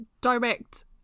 direct